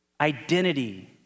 identity